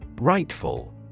Rightful